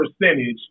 percentage